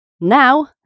Now